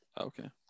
Okay